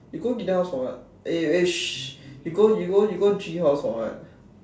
you go Gideon house for what eh eh sh~ you go you go G house for what